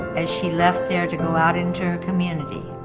as she left there to go out into her community,